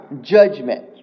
judgment